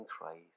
Christ